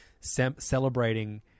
celebrating